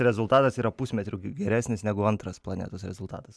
rezultatas yra pusmetriu geresnis negu antras planetos rezultatas